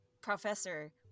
professor